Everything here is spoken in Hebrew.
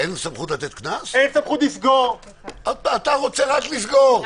אין סמכות להטיל קנס?